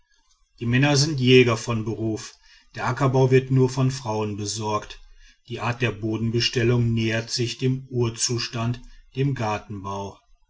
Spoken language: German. die männer sind jäger von beruf der ackerbau wird nur von den frauen besorgt die art der bodenbestellung nähert sich dem urzustand dem gartenbau